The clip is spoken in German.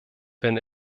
wenn